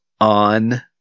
on